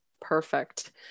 Perfect